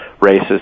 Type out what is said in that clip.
races